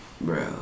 bro